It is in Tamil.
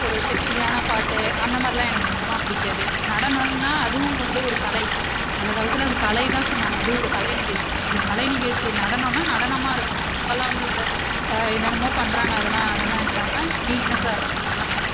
ஒரு செக்ஸ்சியான பாட்டு அந்தமாதிரிலான் எனக்கு சுத்தமா பிடிக்காது நடனோம்னா அதுவும் வந்து ஒரு கலை அந்த காலத்தில் அது கலை தான் சொன்னாங்கள் அது ஒரு கலை நிகழ்ச்சி அந்த கலை நிகழ்ச்சியை நடனோம்னா நடனமாருக்குணும் இப்போலான் வந்து இந்த என்னானமோ பண்ணுறாங்க அதுலாம் அதெலாம் இல்லாமல் நீட்னஸ்சா இருக்கணும் அதான் நடனம்